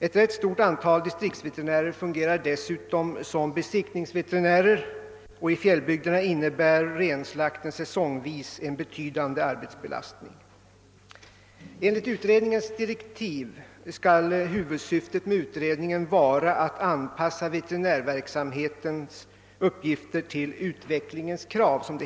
Ett rätt stort antal distriktsveterinärer fungerar dessutom som besiktningsveterinärer, och i fjällbygderna innebär renslakten säsongvis en betydande arbetsbelastning. Enligt utredningens direktiv skall huvudsyftet med utredningen vara att anpassa veterinärverksamhetens uppgifter till utvecklingens krav.